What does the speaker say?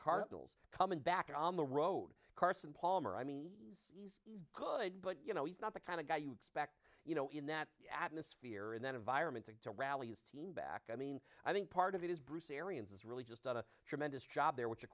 cardinals coming back on the road carson palmer i mean he's good but you know he's not the kind of guy you expect you know in that atmosphere in that environment to to rally his team back i mean i think part of it is bruce ariens is really just a tremendous job there which of